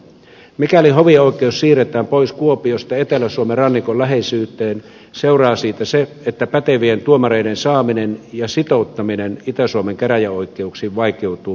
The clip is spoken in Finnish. mikäli hovioikeus siirretään pois kuopiosta etelä suomen rannikon läheisyyteen seuraa siitä se että pätevien tuomareiden saaminen ja sitouttaminen itä suomen käräjäoikeuksiin vaikeutuu merkittävästi